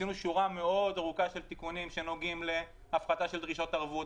עשינו שורה מאוד ארוכה של תיקונים שנוגעים להפחתה של דרישות ערבות,